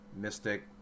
mystic